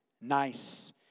Nice